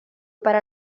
para